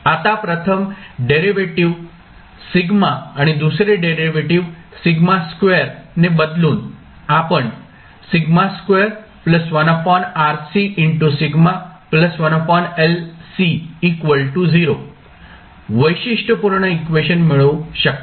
आता प्रथम डेरिव्हेटिव्ह् σ आणि दुसरे डेरिव्हेटिव्ह् σ2 ने बदलून आपण वैशिष्ट्यपूर्ण इक्वेशन मिळवू शकता